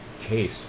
case